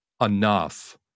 enough